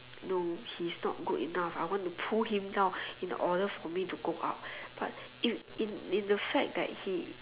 no he's not good enough I want to pull him down in order for me to go up but in in the fact that he